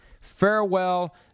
farewell